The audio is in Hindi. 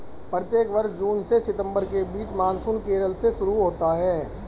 प्रत्येक वर्ष जून से सितंबर के बीच मानसून केरल से शुरू होता है